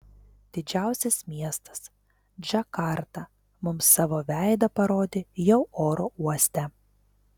didžiausias miestas džakarta mums savo veidą parodė jau oro uoste